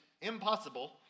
impossible